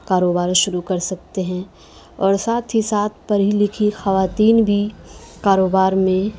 کاروبار شروع کر سکتے ہیں اور ساتھ ہی ساتھ پڑھی لکھی خواتین بھی کاروبار میں